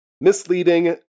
misleading